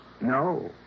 No